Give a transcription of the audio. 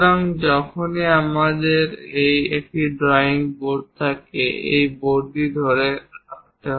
সুতরাং যখনই আমাদের একটি ড্রয়িং বোর্ড থাকে এই বোর্ডটি ধরে রাখতে হয়